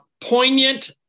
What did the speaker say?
poignant